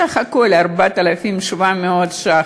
בסך הכול 4,700 שקל.